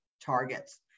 targets